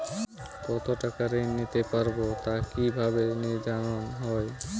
কতো টাকা ঋণ নিতে পারবো তা কি ভাবে নির্ধারণ হয়?